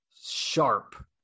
sharp